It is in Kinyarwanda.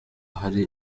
hari